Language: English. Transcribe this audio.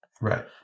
right